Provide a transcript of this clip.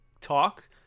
talk